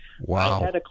Wow